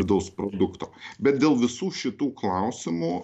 vidaus produkto bet dėl visų šitų klausimų